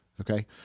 Okay